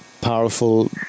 powerful